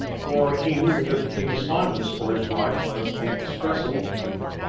for he knew that the king's fondness for his wife was inexpressible.